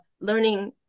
learning